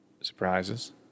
surprises